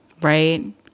right